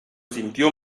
sintió